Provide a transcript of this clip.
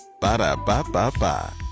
Ba-da-ba-ba-ba